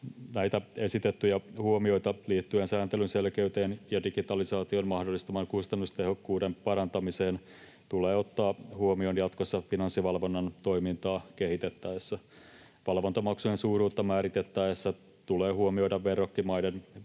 Näitä esitettyjä huomioita liittyen sääntelyn selkeyteen ja digitalisaation mahdollistaman kustannustehokkuuden parantamiseen tulee ottaa huomioon jatkossa Finanssivalvonnan toimintaa kehitettäessä. Valvontamaksujen suuruutta määritettäessä tulee huomioida verrokkimaiden